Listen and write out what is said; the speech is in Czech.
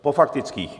Po faktických.